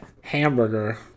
hamburger